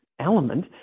element